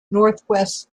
northwest